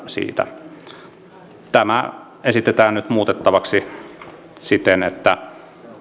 siitä tätä esitetään nyt muutettavaksi siten että